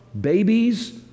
babies